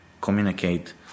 communicate